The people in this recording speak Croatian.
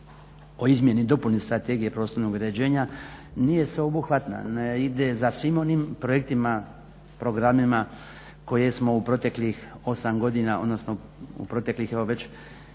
o Izmjeni i dopuni Strategije prostornog uređenja nije sveobuhvatna, ne ide za svim onim projektima, programima koje smo u proteklih 8 godina, odnosno u proteklih evo već